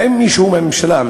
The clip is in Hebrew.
האם מישהו מהממשלה,